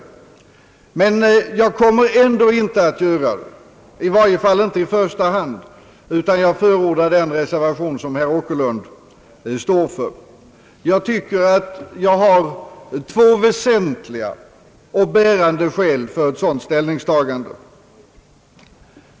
Jag kommer emellertid ändå inte att göra det, i varje fall inte i första hand, utan föroråar den reservation som herr Åkerlund står bakom. Jag har två väsentliga och bärande skäl för ett sådant ställningstagande.